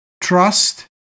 trust